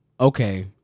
Okay